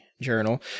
journal